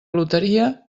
loteria